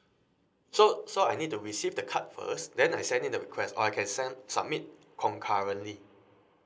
so so I need to receive the card first then I send in the request or I can send submit concurrently